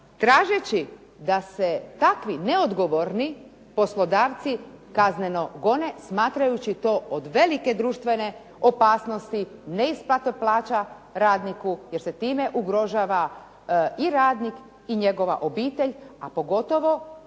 tražeći da se takvi neodgovorni poslodavci kazneno gone smatrajući to od velike društvene opasnosti, neisplate plaća radniku jer se time ugrožava i radnik i njegova obitelj a pogotovo